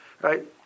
right